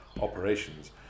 operations